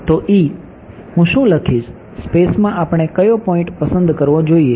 તો E હું શું લખીશ સ્પેસમાં આપણે કયો પોઈન્ટ પસંદ કરવો જોઈએ